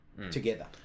Together